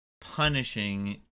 punishing